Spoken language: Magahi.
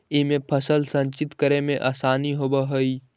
इमे फल संचित करे में आसानी होवऽ हई